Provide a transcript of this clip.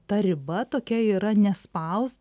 ta riba tokia yra nespaust